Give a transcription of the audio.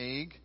egg